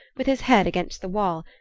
with his head against the wall.